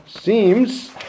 seems